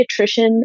pediatrician